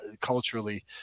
culturally